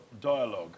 dialogue